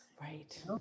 right